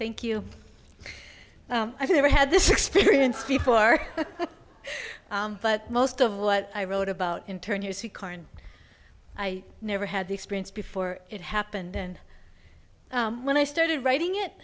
thank you i've never had this experience before but most of what i wrote about in turn you see carr and i never had the experience before it happened and when i started writing it